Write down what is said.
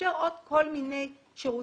ולאפשר עוד כל מיני שירותים,